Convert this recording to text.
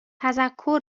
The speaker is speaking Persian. تذکر